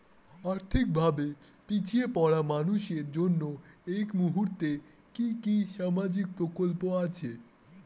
আর্থিক ভাবে পিছিয়ে পড়া মানুষের জন্য এই মুহূর্তে কি কি সামাজিক প্রকল্প আছে?